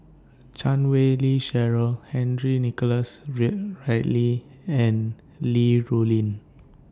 Chan Wei Ling Cheryl Henry Nicholas and Li Rulin